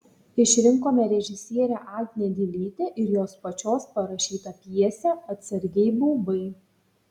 išrinkome režisierę agnę dilytę ir jos pačios parašytą pjesę atsargiai baubai